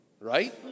Right